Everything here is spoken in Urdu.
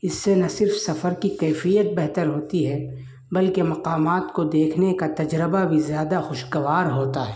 اس سے نہ صرف سفر کی کیفیت بہتر ہوتی ہے بلکہ مقامات کو دیکھنے کا تجربہ بھی زیادہ خوشگوار ہوتا ہے